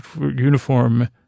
uniform